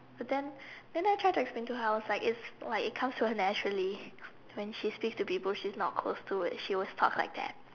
but then then I tried to explain to her I was like it like it comes to her naturally when she speaks to people she's not close to she always talks like that